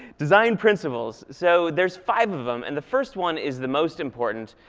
design principles. so, there's five of them. and the first one is the most important.